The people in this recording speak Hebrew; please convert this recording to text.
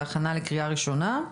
בהכנה לקריאה ראשונה.